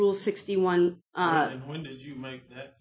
the rule sixty one and when did you make that